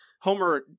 Homer